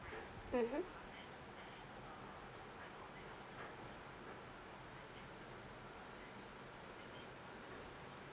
mmhmm